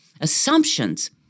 assumptions